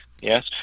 Yes